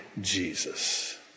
Jesus